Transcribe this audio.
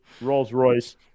Rolls-Royce